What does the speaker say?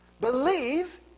Believe